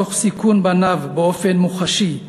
תוך סיכון בניו באופן מוחשי,